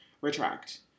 retract